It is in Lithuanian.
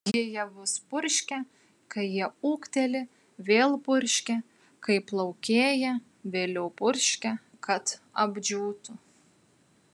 ji javus purškia kai jie ūgteli vėl purškia kai plaukėja vėliau purškia kad apdžiūtų